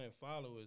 followers